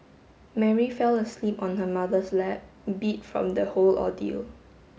Mary fell asleep on her mother's lap beat from the whole ordeal